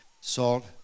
salt